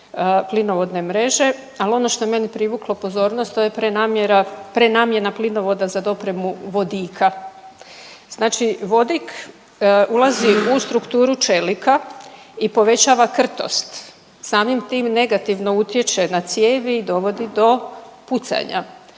plinovodne mreže, al ono što je meni privuklo pozornost to je prenamjena plinovoda za dopremu vodika. Znači vodik ulazi u strukturu čelika i povećava krtost, samim tim negativno utječe na cijevi i dovodi do pucanja,